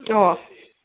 ꯑꯣ ꯑꯣ